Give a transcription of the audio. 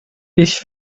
ich